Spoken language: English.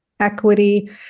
Equity